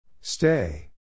Stay